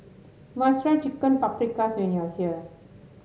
you must try Chicken Paprikas when you are here